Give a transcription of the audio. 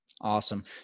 Awesome